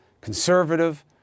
conservative